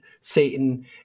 Satan